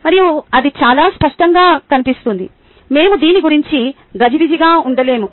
మరియు అది చాలా స్పష్టంగా కనిపిస్తుంది మేము దీని గురించి గజిబిజిగా ఉండలేము